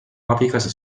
abikaasa